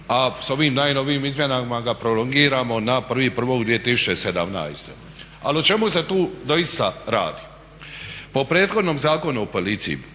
a s ovim najnovijim izmjenama ga prolongiramo na 1.1.2017. Ali o čemu se tu doista radi? Po prethodnom Zakonu o policiji